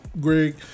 Greg